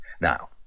Now